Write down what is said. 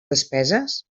despeses